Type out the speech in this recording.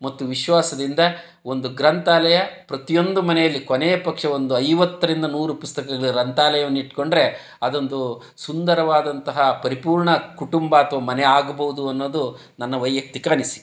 ಮತ್ತು ವಿಶ್ವಾಸದಿಂದ ಒಂದು ಗ್ರಂಥಾಲಯ ಪ್ರತಿಯೊಂದು ಮನೆಯಲ್ಲಿ ಕೊನೆಯ ಪಕ್ಷ ಒಂದು ಐವತ್ತರಿಂದ ನೂರು ಪುಸ್ತಕಗಳಿರುವ ಗ್ರಂಥಾಲಯವನ್ ಇಟ್ಕೊಂಡರೆ ಅದೊಂದು ಸುಂದರವಾದಂತಹ ಪರಿಪೂರ್ಣ ಕುಟುಂಬ ಅಥ್ವ ಮನೆ ಆಗ್ಬೋದು ಅನ್ನೋದು ನನ್ನ ವೈಯಕ್ತಿಕ ಅನಿಸಿಕೆ